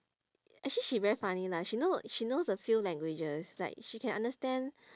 actually she very funny lah she know she knows a few languages like she can understand